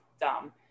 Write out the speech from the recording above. dumb